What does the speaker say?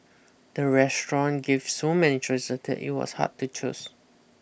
the restaurant gave so many choices that it was hard to choose